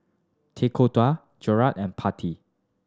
Tekkadon Gyros and